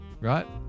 Right